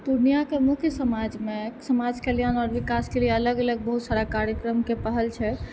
पूर्णियाके मुख्य समाजमे समाज कल्याण आओर विकासके लिए अलग अलग बहुत सारा कार्यक्रमके पहल छै